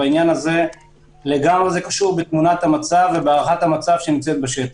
העניין הזה לגמרי קשור בתמונת המצב והערכת המצב בשטח.